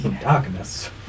Darkness